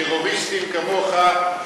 טרוריסטים כמוך,